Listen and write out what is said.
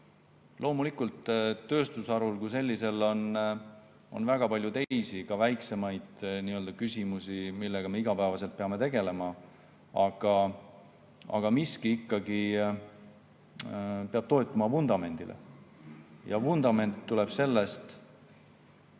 Loomulikult on tööstusharul kui sellisel väga palju teisi, ka väiksemaid küsimusi, millega me igapäevaselt peame tegelema, aga miski peab ikkagi toetuma vundamendile. Vundament tekib sellest, et